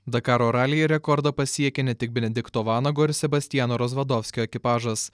dakaro ralyje rekordą pasiekė ne tik benedikto vanago ir sebastiano rozvadofskio ekipažas